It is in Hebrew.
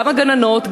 גם הגננות,